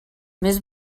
més